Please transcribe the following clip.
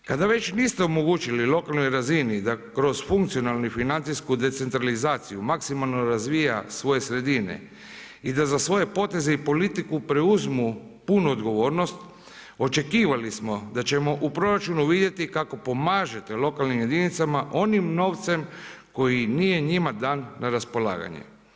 Kada već niste omogućili lokalnoj razini da kroz funkcionalnu i financijsku decentralizaciju maksimalno razvija svoje sredine i da za svoje poteze i politiku preuzmu punu odgovornost očekivali smo da ćemo u proračunu vidjeti kako pomažete lokalnim jedinicama onim novcem koji nije njima dan na raspolaganje.